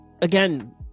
again